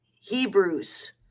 Hebrews